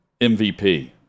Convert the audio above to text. MVP